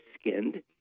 skinned